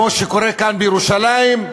כמו שקורה כאן, בירושלים,